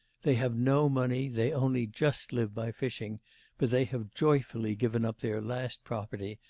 they have no money, they only just live by fishing but they have joyfully given up their last property,